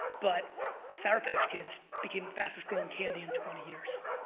but sour patch kids became the fastest-growing candy in twenty years.